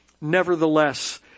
Nevertheless